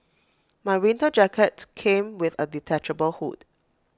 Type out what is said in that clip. my winter jacket came with A detachable hood